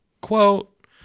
quote